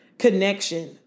connection